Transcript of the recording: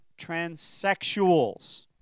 transsexuals